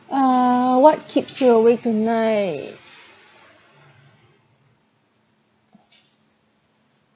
uh what keeps you awake tonight